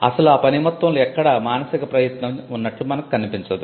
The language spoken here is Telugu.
అసలు ఆ పనిమొత్తంలో ఎక్కడా మానసిక ప్రయత్నం ఉన్నట్లు మనకు కనిపించదు